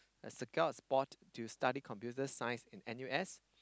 secure a spot to study computer science in N_U_S